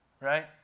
right